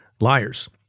liars